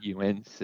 UNC